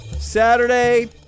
Saturday